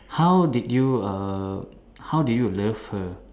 how did you err how did you love her